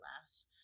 last